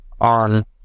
on